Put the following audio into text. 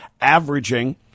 averaging